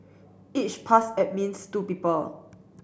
each pass admits two people